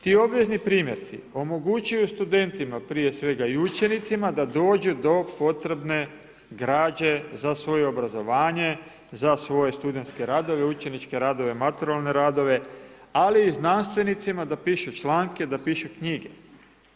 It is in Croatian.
Ti obvezni primjerci omogućuju studentima, prije svega i učenicima, da dođe do potrebne građe za svoje obrazovanje, za svoje studenske radove, učeničke radove, maturalne radove, ali i znanstvenicima, da pišu članke, da pišu knjige.